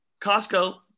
Costco